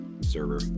server